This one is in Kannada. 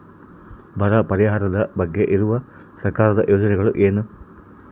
ಬರ ಪರಿಹಾರದ ಬಗ್ಗೆ ಇರುವ ಸರ್ಕಾರದ ಯೋಜನೆಗಳು ಏನು?